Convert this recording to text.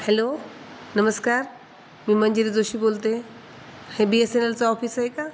hello नमस्कार मी मंजिरी जोशी बोलते हे बी एस एन एलचा ऑफिस आहे का